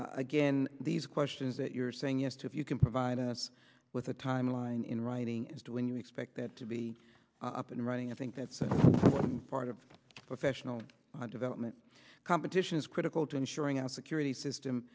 again these questions that you're saying yes to if you can provide us with a timeline in writing as to when you expect that to be up and running i think that's part of professional development competition is critical to ensuring our security system